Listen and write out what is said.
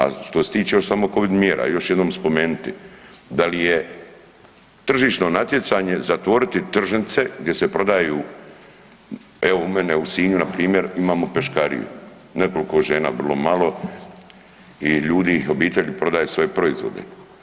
A što se tiče još samo Covid mjera još jednom ću spomenuti, da li je tržišno natjecanje zatvoriti tržnice gdje se prodaju, evo u mene u Sinju npr. imamo peškariju, nekoliko žena vrlo malo i ljudi, obitelji prodaje svoje proizvode.